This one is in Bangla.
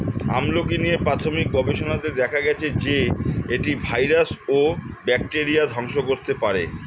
আমলকী নিয়ে প্রাথমিক গবেষণাতে দেখা গেছে যে, এটি ভাইরাস ও ব্যাকটেরিয়া ধ্বংস করতে পারে